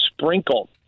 sprinkle